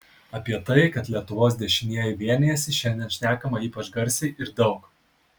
apie tai kad lietuvos dešinieji vienijasi šiandien šnekama ypač garsiai ir daug